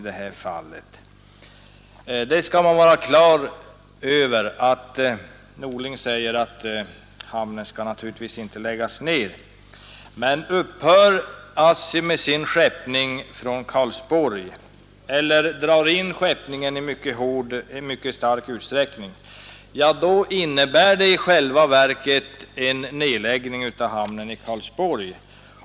Herr Norling säger visserligen att hamnen inte skall läggas ned, men om ASSI upphör med sin skeppning från Karlsborg eller drar in skeppningen i mycket stor utsträckning, så innebär det i själva verket en nedläggning av hamnen i Karlsborg.